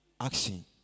action